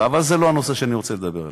אבל זה לא הנושא שאני רוצה לדבר עליו.